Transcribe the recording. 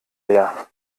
leer